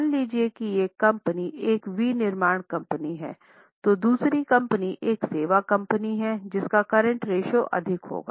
मान लीजिए कि एक कंपनी एक विनिर्माण कंपनी है तो दूसरी कंपनी एक सेवा कंपनी है किसका करंट रेश्यो अधिक होगा